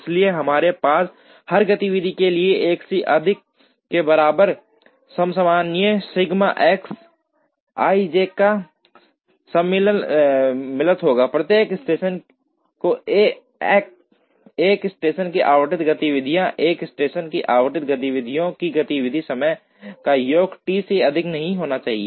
इसलिए हमारे पास हर गतिविधि के लिए 1 से अधिक के बराबर समसामयिक सिग्मा X ij सम्मिलित होगा प्रत्येक स्टेशन को एक स्टेशन को आवंटित गतिविधियाँ एक स्टेशन को आवंटित गतिविधियों की गतिविधि समय का योग टी से अधिक नहीं होनी चाहिए